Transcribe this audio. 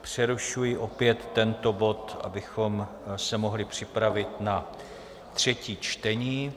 Přerušuji opět tento bod, abychom se mohli připravit na třetí čtení.